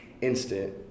instant